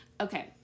Okay